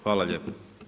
Hvala lijepo.